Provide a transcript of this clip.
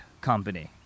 company